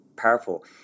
powerful